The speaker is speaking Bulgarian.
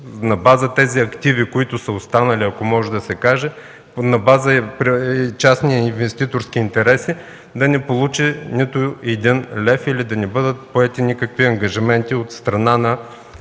на база тези активи, които са останали, на база частния инвеститорски интерес да получи нито един лев или да не бъдат поети никакви ангажименти от страна на